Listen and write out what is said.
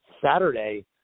Saturday